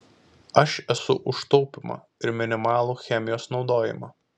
aš esu už taupymą ir minimalų chemijos naudojimą